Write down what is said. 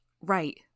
right